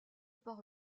par